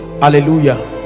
Hallelujah